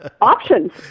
options